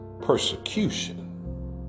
persecution